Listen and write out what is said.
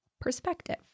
perspective